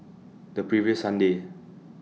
The previous Sunday